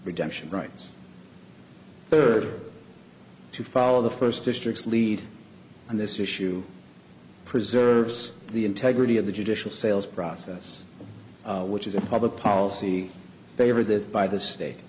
redemption rights third to follow the first district's lead on this issue preserves the integrity of the judicial sales process which is a public policy favor that by the state